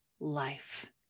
life